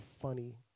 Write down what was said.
funny